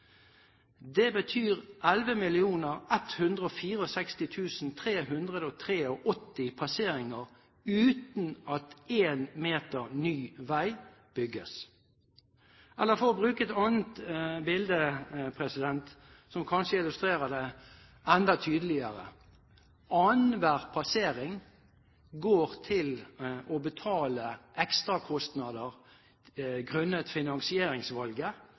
passeringer uten at én meter ny vei bygges. Eller for å bruke et annet bilde som kanskje illustrerer det enda tydeligere: Annenhver passering går til å betale ekstrakostnader grunnet finansieringsvalget.